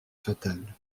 fatale